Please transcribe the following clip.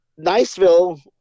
Niceville